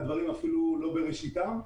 הדברים אפילו לא בראשיתם.